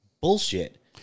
bullshit